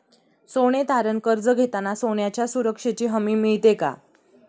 सोने तारण कर्ज घेताना सोन्याच्या सुरक्षेची हमी मिळते का?